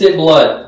blood